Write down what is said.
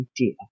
idea